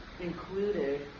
included